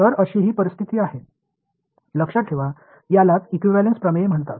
तर अशी ही परिस्थिती आहे लक्षात ठेवा यालाच इक्विव्हॅलेंस प्रमेय म्हणतात